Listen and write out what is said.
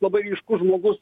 labai ryškus žmogus